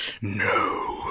no